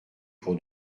pour